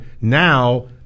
now